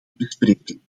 bespreken